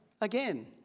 Again